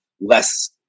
less